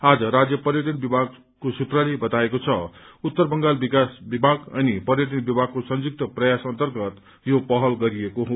आज राज्य पर्यटन विभागको सूत्रले बताएको छ उत्तर बंगाल विकास विभाग अनि पर्यटन विभागको संयुक्त प्रयासहरू अन्तगत यो पहल गरिएको हो